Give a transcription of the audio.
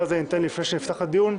ואז לפני שאפתח את הדיון,